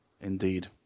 Indeed